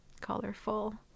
colorful